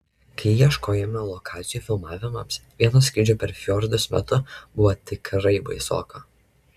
kai ieškojome lokacijų filmavimams vieno skrydžio per fjordus metu buvo tikrai baisoka